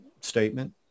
statement